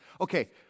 Okay